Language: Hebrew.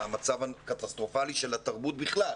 המצב הקטסטרופלי של התרבות בכלל,